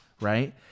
right